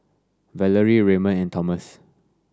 Valarie Raymond and Thomas